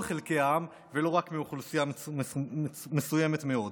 חלקי העם ולא רק מאוכלוסייה מסוימת מאוד.